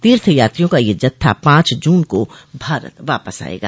तीर्थ यात्रियों का यह जत्था पांच जून को भारत वापस आयेगा